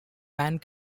band